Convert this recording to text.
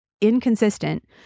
inconsistent